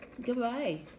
Goodbye